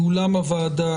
מאולם הוועדה,